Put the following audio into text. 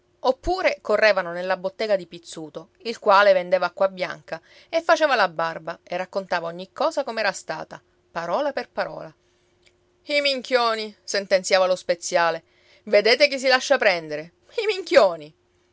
oppure correvano nella bottega di pizzuto il quale vendeva acquabianca e faceva la barba e raccontava ogni cosa com'era stata parola per parola i minchioni sentenziava lo speziale vedete chi si lascia prendere i minchioni